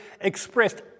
expressed